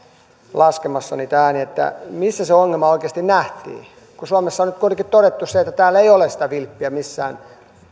laskemassa niitä ääniä missä se ongelma oikeasti nähtiin kun suomessa nyt on kuitenkin todettu se että täällä ei ole sitä vilppiä missään